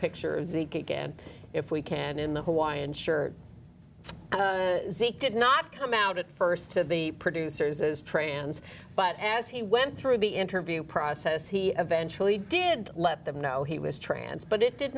pictures the cake and if we can in the hawaiian shirt did not come out at st to the producers as trans but as he went through the interview process he eventually did let them know he was trans but it did